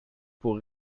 pour